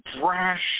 brash